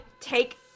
take